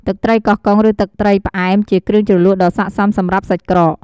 ទឹកត្រីកោះកុង ឬទឹកត្រីផ្អែមជាគ្រឿងជ្រលក់ដ៏ស័ក្តិសមសម្រាប់សាច់ក្រក។